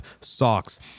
Socks